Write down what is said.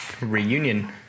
reunion